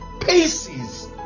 paces